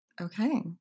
okay